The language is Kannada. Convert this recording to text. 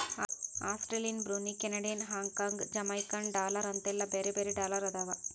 Australian Brunei Canadian Hong Kong Jamaican dollar ಅಂತೆಲ್ಲಾ ಬ್ಯಾರೆ ಬ್ಯಾರೆ ಡಾಲರ್ ಅದಾವ